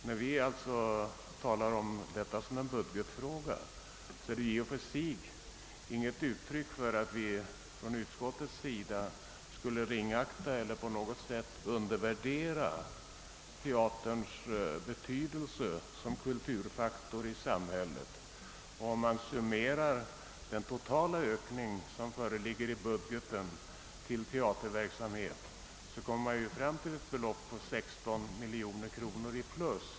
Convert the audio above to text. När vi alltså talar om detta som en budgetfråga är det inte i och för sig något uttryck för att vi i utskottet skulle ringakta eller undervärdera teaterns betydelse som kulturfaktor i samhället. Om man summerar de ökningar som föreslås i budgeten till teaterverksamhet så kommer man fram till att de: totala ökningen uppgår till 16 miljoner kronor.